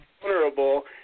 vulnerable